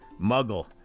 Muggle